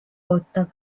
ootab